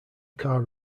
car